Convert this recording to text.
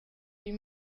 you